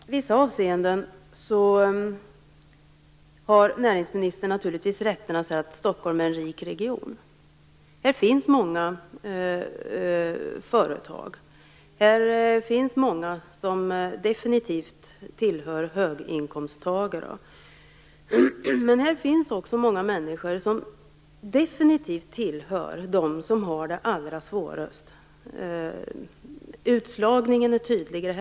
Fru talman! I vissa avseenden har näringsministern naturligtvis rätt i att säga att Stockholm är en rik region. Här finns många företag. Här finns många som definitivt hör till höginkomsttagarna. Men här finns också många människor som definitivt hör till dem som har det allra svårast. Utslagningen är tydligare.